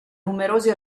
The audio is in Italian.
numerosi